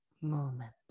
moment